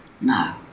No